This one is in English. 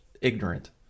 ignorant